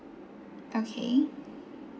okay